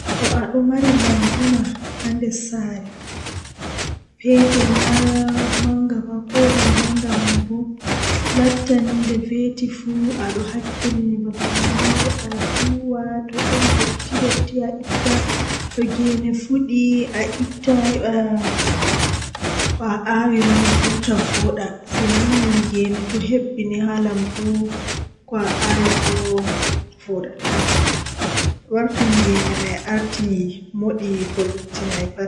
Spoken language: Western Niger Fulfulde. Mi wawan jangugo deftere gotel haa nyalande, Haa rayuwa am bo mi jangi derfte guda sappo e joye.